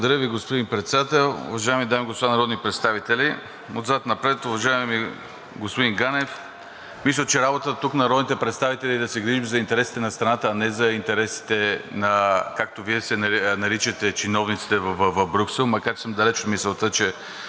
Благодаря Ви, господин Председател. Уважаеми дами и господа народни представители! Отзад напред, уважаеми господин Ганев, мисля, че работата тук на народните представители е да се грижим за интересите на страната, а не за интересите, както Вие ги наричате, на чиновниците в Брюксел, макар че съм далеч от мисълта, че